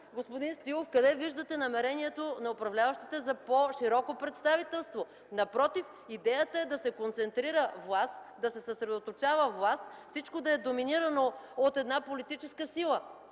Господин Стоилов, не разбрах къде виждате намерението на управляващите за по-широко представителство? Напротив, идеята е да се концентрира власт, да се съсредоточава власт и всичко да е доминирано от една политическа сила.